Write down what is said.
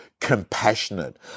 compassionate